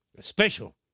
Special